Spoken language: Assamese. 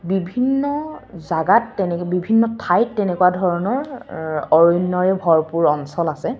বিভিন্ন জাগাত তেনে বিভিন্ন ঠাইত তেনেকুৱা ধৰণৰ অৰণ্যৰে ভৰপূৰ অঞ্চল আছে